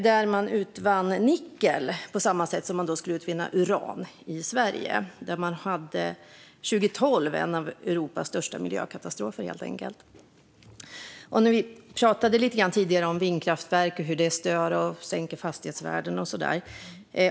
Där utvann man nickel på samma sätt som man skulle utvinna uran i Sverige. En av Europas största miljökatastrofer inträffade där 2012. Tidigare pratade vi om vindkraftverk och hur de kan störa, sänka fastighetsvärden och så vidare.